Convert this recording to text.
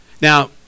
Now